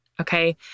Okay